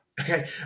Okay